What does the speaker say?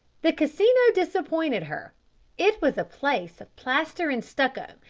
the casino disappointed her it was a place of plaster and stucco,